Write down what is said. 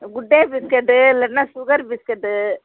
good day biscuit இல்லைன்னா sugar biscuit